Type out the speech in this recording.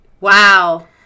Wow